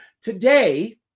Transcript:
Today